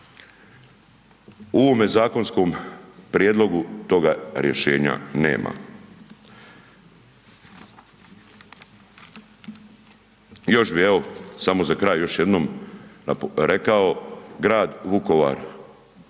ovome zakonskom prijedlogu toga rješenja nema. Još bi evo, samo za kraj još jednom rekao, grad Vukovar